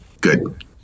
Good